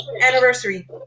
anniversary